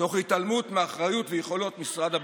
תוך התעלמות מאחריות ויכולות של משרד הביטחון.